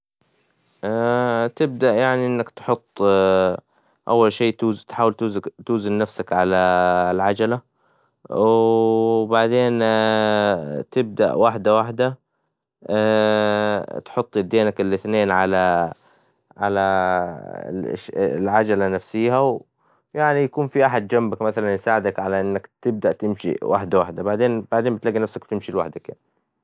تبدأ يعنى إنك تحط ، أول شى تحاول توزن نفسك على العجلة ، وبعدين تبدأ واحدة واحدة ، تحط ادينك الأثنين على على العجلة نفسيها ويكون فى أحد جنبك مثلاً يساعدك على إنك تبدأ تمشى واحدة واحدة ، بعديد بعدين بتلاقى نفسك بتمشى لوحدك يعنى.